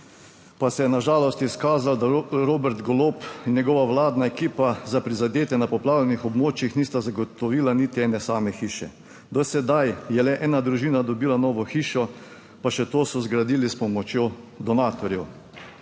pa se je na žalost izkazalo, da Robert Golob in njegova vladna ekipa za prizadete na poplavljenih območjih nista zagotovila niti ene same hiše. Do sedaj je le ena družina dobila novo hišo, pa še to so zgradili s pomočjo donatorjev,